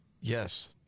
Yes